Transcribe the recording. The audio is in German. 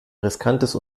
riskantes